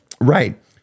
Right